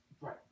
right